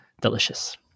Delicious